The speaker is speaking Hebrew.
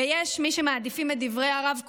ויש מי שמעדיפים את דברי הרב קוק,